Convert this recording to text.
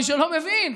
למי שלא מבין,